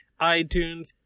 iTunes